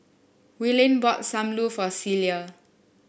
Willene bought Sam Lau for Celia